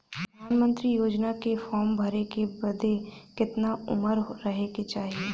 प्रधानमंत्री योजना के फॉर्म भरे बदे कितना उमर रहे के चाही?